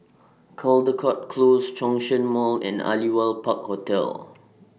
Caldecott Close Zhongshan Mall and Aliwal Park Hotel